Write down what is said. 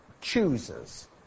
chooses